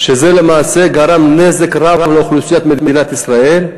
שזה למעשה גרם נזק רב לאוכלוסיית מדינת ישראל.